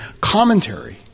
commentary